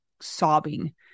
sobbing